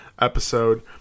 episode